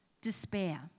despair